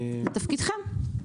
זה תפקידכם.